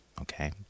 okay